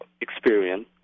experience